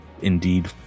indeed